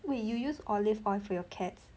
wait you use olive oil for your cats